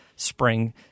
spring